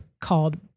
called